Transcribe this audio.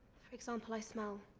for example, i smell.